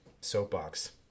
Soapbox